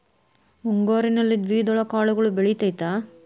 ಮುಂಗಾರಿನಲ್ಲಿ ದ್ವಿದಳ ಕಾಳುಗಳು ಬೆಳೆತೈತಾ?